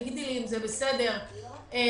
תגידי לי אם זה בסדר בחוק,